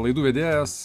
laidų vedėjas